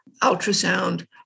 ultrasound